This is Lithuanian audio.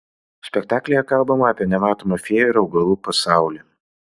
spektaklyje kalbama apie nematomą fėjų ir augalų pasaulį